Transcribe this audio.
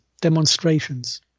demonstrations